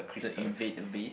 so invade the base